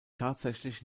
tatsächlich